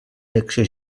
direcció